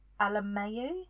Alameu